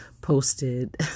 posted